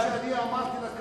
מה שאני אמרתי לה,